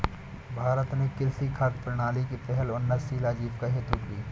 भारत ने कृषि खाद्य प्रणाली की पहल उन्नतशील आजीविका हेतु की